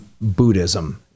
buddhism